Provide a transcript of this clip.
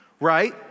right